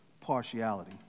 partiality